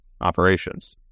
operations